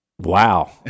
Wow